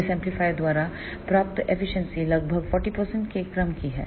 इस एम्पलीफायर द्वारा प्राप्त एफिशिएंसी लगभग 40 के क्रम की है